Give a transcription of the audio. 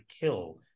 kill